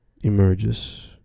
emerges